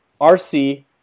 RC